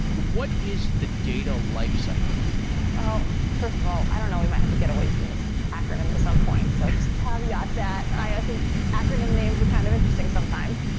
what is the data life well first of all, i don't know, we might have to get away from this acronym at some point, so just a caveat that i think acronym names are kind of interesting sometimes.